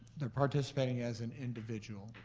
they're participating as an individual.